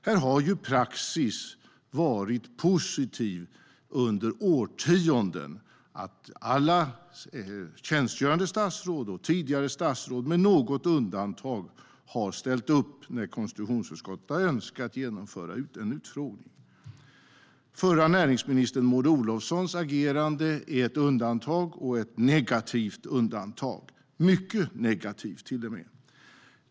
Här har praxis varit positiv under årtionden - alla tjänstgörande statsråd och tidigare statsråd har med något undantag ställt upp när konstitutionsutskottet har önskat genomföra en utfrågning. Förra näringsministern Maud Olofssons agerande är ett undantag, ett negativt undantag - mycket negativt, till och med.